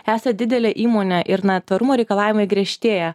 esat didelė įmonė ir na tvarumo reikalavimai griežtėja